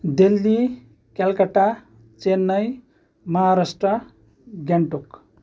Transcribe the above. Delhi Calcutta Chennai Maharashtra Gangtok